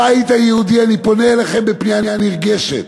הבית היהודי, אני פונה אליכם בפנייה נרגשת,